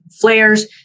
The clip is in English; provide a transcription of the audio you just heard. flares